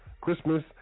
Christmas